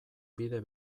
bide